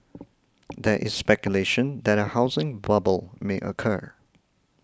there is speculation that a housing bubble may occur